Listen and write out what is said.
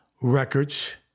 records